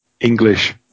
English